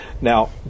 Now